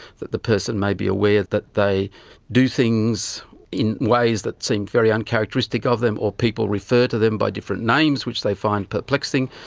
that the person may be aware that they do things in ways that seemed very uncharacteristic of them, or people refer to them by different names which they find perplexing,